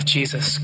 Jesus